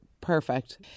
perfect